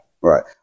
Right